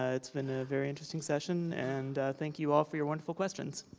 ah it's been a very interesting session and thank you all for your wonderful questions.